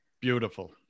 Beautiful